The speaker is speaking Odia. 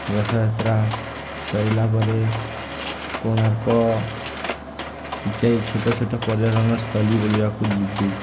ରଥଯାତ୍ରା ସରିଲା ପରେ କୋଣାର୍କ ଇତ୍ୟାଦି ଛୋଟ ଛୋଟ ପର୍ଯ୍ୟଟନ ସ୍ଥଳୀ ବୁଲିବାକୁ ଯିବୁ